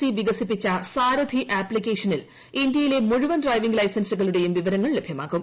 C വികസിപ്പിച്ച സാരഥി ആപ്തിക്കേഷനിൽ ഇന്തൃയിലെ മുഴുവൻ ഡ്രൈവിംഗ് ലൈസൻസുകളുടെയും വിവരങ്ങൾ ലഭ്യമാകും